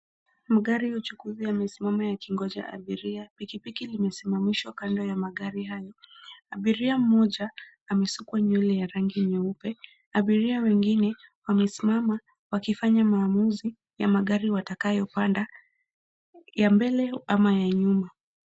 Magari ya uchukuzi yamesimama yakingoja abiria. Pikipiki limesimamishwa kando ya magari hayo. Abiria mmoja, amesukwa nywele ya rangi ya nyeupe. Abiria wengine, wamesimama wakifanya maamuzi ya magari watakayopanda, ya mbele ama ya nyuma.